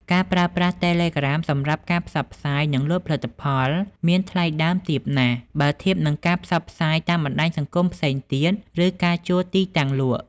ការប្រើប្រាស់តេឡេក្រាមសម្រាប់ការផ្សព្វផ្សាយ និងលក់ផលិតផលមានថ្លៃដើមទាបណាស់ បើធៀបនឹងការផ្សព្វផ្សាយតាមបណ្ដាញផ្សេងទៀត ឬការជួលទីតាំងលក់។